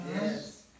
Yes